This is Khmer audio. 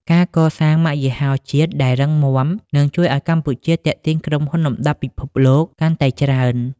ការកសាង "ម៉ាកយីហោជាតិ" ដែលរឹងមាំ នឹងជួយឱ្យកម្ពុជាទាក់ទាញក្រុមហ៊ុនលំដាប់ពិភពលោកកាន់តែច្រើន។